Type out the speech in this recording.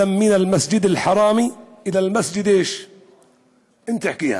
של המסיע את עבדו בלילה מן המסגד הקדוש אל המסגד".